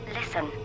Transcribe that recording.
listen